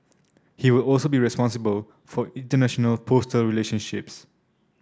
he will also be responsible for international postal relationships